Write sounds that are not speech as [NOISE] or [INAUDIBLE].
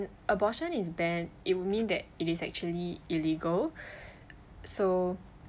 abortion is banned it would mean that it is actually illegal [BREATH] so